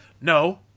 no